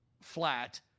flat